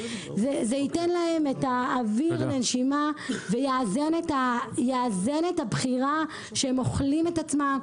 זה ייתן להם את האוויר לנשימה ויאזן את הבחירה שהם אוכלים את עצמם.